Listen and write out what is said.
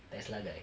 Tesla guy